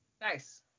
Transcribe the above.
Nice